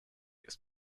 ist